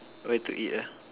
where to eat ah